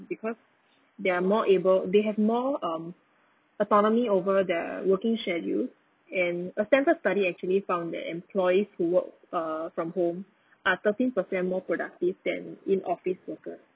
because they're more able they have more um autonomy over their working schedule and a stanford study actually found that employees who work uh from home are thirteen percent more productive than in office workers